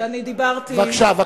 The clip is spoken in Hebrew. כי אני דיברתי, בבקשה.